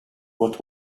but